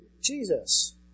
Jesus